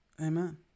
Amen